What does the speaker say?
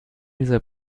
dieser